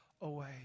away